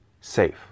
safe